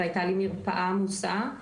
והייתה לי מרפאה עמוסה,